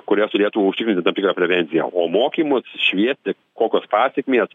kurios turėtų užtikrinti tam tikrą prevenciją o mokymus šviesti kokios pasekmės